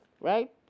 right